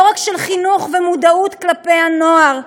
לא רק של חינוך ומודעות כלפי הנוער,